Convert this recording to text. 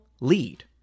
lead